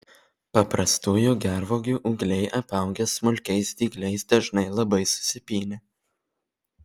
paprastųjų gervuogių ūgliai apaugę smulkiais dygliais dažnai labai susipynę